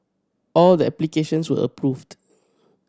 all the applications were approved